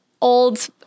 old